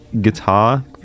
guitar